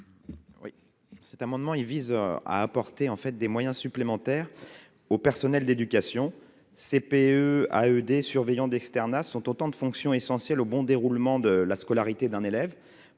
Oui. Cet amendement, il vise à apporter, en fait, des moyens supplémentaires au personnel d'éducation CPE à ED surveillant d'externat, sont autant de fonctions essentielles au bon déroulement de la scolarité d'un élève